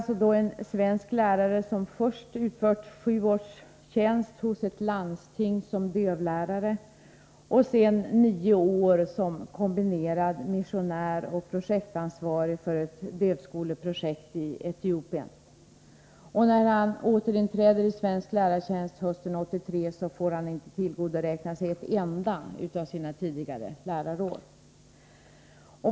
Det är fråga om en svensk lärare, som först fullgjort sju års tjänst som dövlärare hos ett landsting och därefter nio år som kombinerad missionär och projektansvarig för ett dövskoleprojekt i Etiopien. När han återinträder i svensk lärartjänst hösten 1983 får han inte tillgodoräkna sig ett enda år av sina tidigare lärarår.